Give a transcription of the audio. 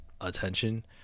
attention